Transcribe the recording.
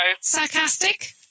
Sarcastic